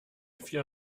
vier